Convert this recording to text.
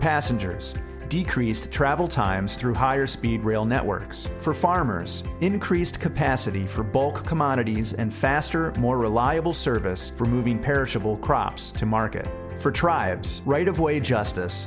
passengers decreased travel times through higher speed rail networks for farmers increased capacity for bulk commodities and faster more reliable service for moving perishable crops to market for tribes right of way justice